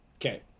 Okay